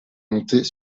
monter